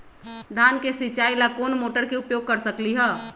धान के सिचाई ला कोंन मोटर के उपयोग कर सकली ह?